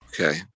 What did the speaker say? okay